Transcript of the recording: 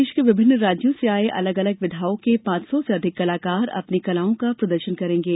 देश के विभिन्न राज्यों से आए अलग अलग विधाओं के पांच सौ से अधिक कलाकार अपनी कलाओं का प्रदर्शन करेंगे